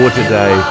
today